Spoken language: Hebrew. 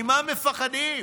ממה מפחדים?